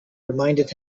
reminded